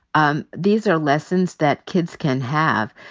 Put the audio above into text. um these are lessons that kids can have.